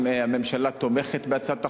הממשלה תומכת בהצעת החוק,